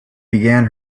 began